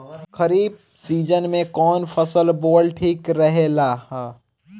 खरीफ़ season में कौन फसल बोअल ठिक रहेला ह?